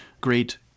great